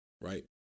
Right